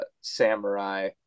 Samurai